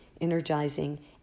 energizing